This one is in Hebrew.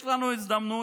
יש לנו הזדמנות,